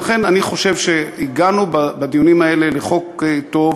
ולכן, אני חושב שהגענו בדיונים האלה לחוק טוב.